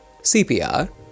CPR